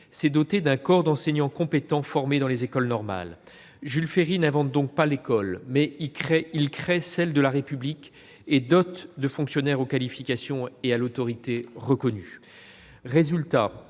s'est doté d'un corps d'enseignants compétents formés dans les écoles normales. Jules Ferry n'invente pas l'école, mais il crée celle de la République et la dote de fonctionnaires aux qualifications et à l'autorité reconnues.